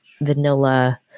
vanilla